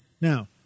now